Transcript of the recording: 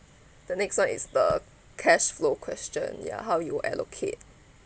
the next one is the cash flow question ya how you allocate